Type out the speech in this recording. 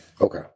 okay